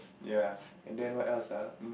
ya and then what else ah um